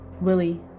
willie